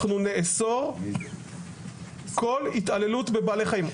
אנחנו נאסור כל התעללות בבעלי חיים.